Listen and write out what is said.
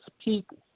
people